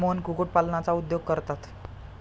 मोहन कुक्कुटपालनाचा उद्योग करतात